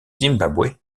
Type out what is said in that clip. zimbabwe